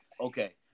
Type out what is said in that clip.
okay